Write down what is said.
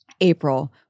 April